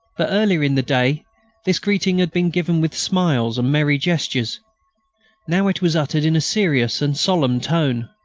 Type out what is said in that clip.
but earlier in the day this greeting had been given with smiles and merry gestures now it was uttered in a serious and solemn tone.